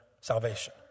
salvation